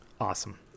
awesome